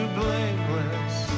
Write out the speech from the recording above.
blameless